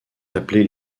appelés